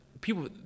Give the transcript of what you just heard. people